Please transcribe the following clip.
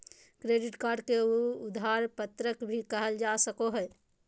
credit card के उधार पत्रक भी कहल जा सको हइ